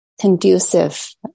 conducive